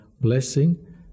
blessing